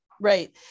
right